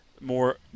more